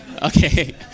Okay